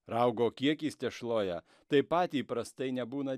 raugo kiekis tešloje taip pat įprastai nebūna